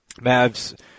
Mavs